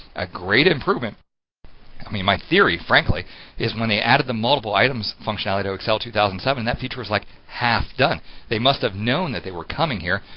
a great improvement i mean my theory frankly is when they added the multiple items functionality to excel two thousand and seven, that feature was like half done they must have known that they were coming here,